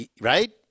right